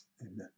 Amen